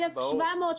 1,700,